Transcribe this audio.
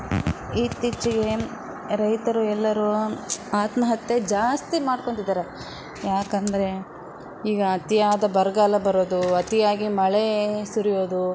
ಇತ್ತೀಚಿಗೆ ರೈತರು ಎಲ್ಲರೂ ಆತ್ಮಹತ್ಯೆ ಜಾಸ್ತಿ ಮಾಡ್ಕೊಂತಿದ್ದಾರೆ ಯಾಕಂದರೆ ಈಗ ಅತಿಯಾದ ಬರಗಾಲ ಬರೋದು ಅತಿಯಾಗಿ ಮಳೆ ಸುರಿಯೋದು